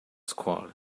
squad